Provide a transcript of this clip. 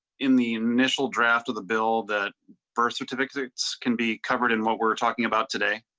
in the mix will draft of the bill that for certificates can be covered and what we're talking about today.